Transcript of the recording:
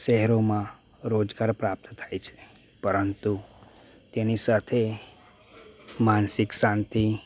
શહેરોમાં રોજગાર પ્રાપ્ત થાય છે પરંતુ તેની સાથે માનસિક શાંતિ